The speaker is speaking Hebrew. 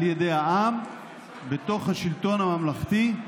על ידי העם בתוך השלטון הממלכתי.